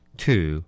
two